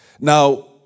Now